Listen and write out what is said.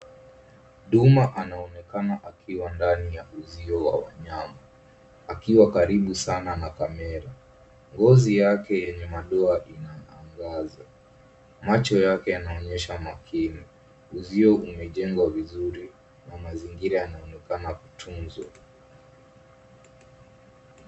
Duma anaonekana akiwa ndani ya uzio wa wanyama akiwa karibu sana na kamera. Ngozi yake yenye madoa inaangaza. Macho yake yanaonyesha makini. Uzio umejengwa vizuri na mazingira yanaonekana kutunzwa.